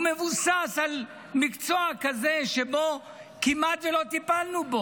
הוא מבוסס על מקצוע כזה שבו כמעט ולא טיפלנו,